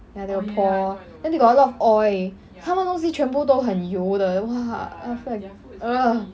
ya they will pour then they got a lot of oil 他们东西全部都很油的 !wah! I feel like uh